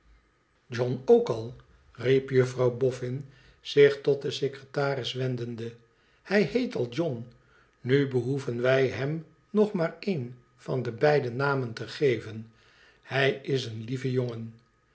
tjohn ook all riep juffrouw bofbn zich tot den secretaris wendende hij heet al john i nu behoeven wij hem nog maar één van de beide namen te geven hij is een lieve jongen